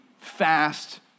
fast